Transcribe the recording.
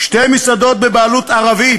שתי מסעדות בבעלות ערבית